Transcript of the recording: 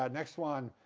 um next one.